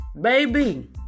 baby